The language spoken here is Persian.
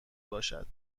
باشد